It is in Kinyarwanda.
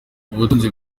ubutunzi